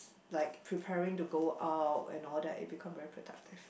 like preparing to go out and all that it become very productive